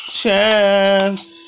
chance